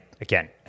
again